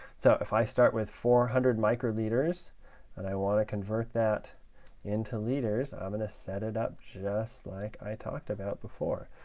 so if i start with four hundred microliters and i want to convert that into liters, i'm going to set it up just like i talked about before.